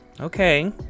Okay